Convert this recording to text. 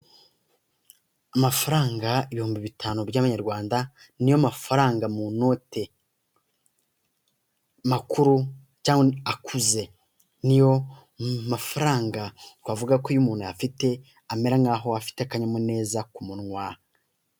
Amafaranga ibihumbi bitanu by'amanyarwanda, ni yo mafaranga munote makuru cyangwa akuze, ni yo mafaranga twavuga ko iyo umuntu ayafite, amera nkaho afite akanyamuneza ku munwa.